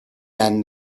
then